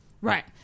Right